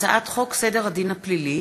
הצעת חוק סדר הדין הפלילי